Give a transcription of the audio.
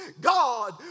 God